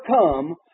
come